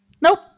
nope